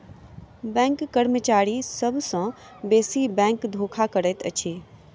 bank कर्मचारी सभ सॅ बेसी बैंक धोखा करैत अछि